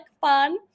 fun